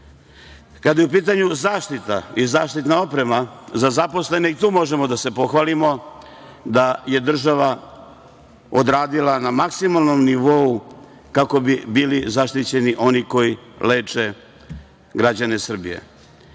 je u pitanju zaštita i zaštitna oprema za zaposlene i tu možemo da se pohvalimo da je država odradila na maksimalnom nivou kako bi bili zaštićeni oni koji leče građane Srbije. Da